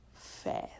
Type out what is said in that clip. fast